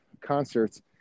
concerts